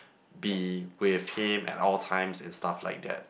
be with him at all times and stuffs like that